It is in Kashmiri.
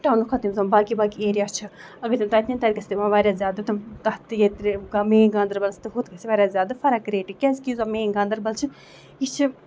ٹونہٕ کھۄتہٕ یِم زَن باقٕے باقٕے ایریا چھِ اَگر تِم تَتہِ نِنۍ تَتہِ گژھِ تِمن واریاہ زیادٕ تَتھ تہٕ ییٚتہِ کانٛہہ مین گاندربَلَس تہٕ ہُتھ گژھِ واریاہ زیادٕ فرق ریٹہِ کیازِ کہِ یُس زَن مین گاندربَل چھُ یہِ چھُ